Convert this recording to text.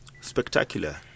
Spectacular